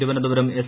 Thiruvananthapuram S